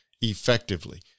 effectively